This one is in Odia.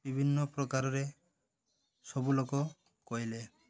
ବିଭିନ୍ନ ପ୍ରକାରରେ ସବୁ ଲୋକ କହିଲେ